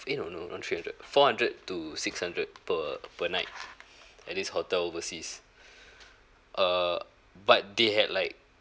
eh no no not three hundred four hundred to six hundred per per night at this hotel overseas err but they had like